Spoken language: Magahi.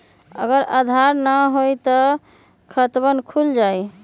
अगर आधार न होई त खातवन खुल जाई?